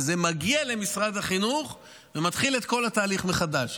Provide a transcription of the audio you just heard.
ומגיע למשרד החינוך ומתחיל את כל התהליך מחדש.